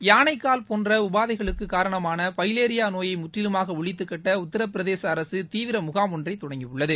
யானைக்கால் போன்ற உபாதைகளுக்கு காரணமான ஃபைவேரியா நோயை முற்றிலுமாக ஒழித்துக்கட்ட உத்தரபிரதேச அரசு தீவிர முகாம் ஒன்றை தொடங்கியுள்ளது